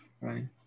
right